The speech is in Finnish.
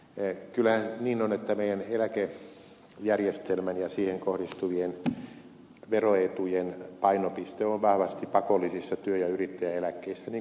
kyllähän se niin nyt on että meidän eläkejärjestelmämme ja siihen kohdistuvien veroetujen painopiste on vahvasti pakollisissa työ ja yrittäjäeläkkeissä niin kuin tietysti pitääkin olla